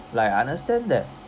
like I understand that